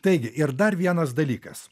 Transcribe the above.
taigi ir dar vienas dalykas